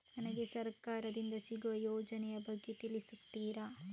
ನನಗೆ ಸರ್ಕಾರ ದಿಂದ ಸಿಗುವ ಯೋಜನೆ ಯ ಬಗ್ಗೆ ತಿಳಿಸುತ್ತೀರಾ?